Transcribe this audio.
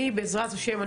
בעזרת השם,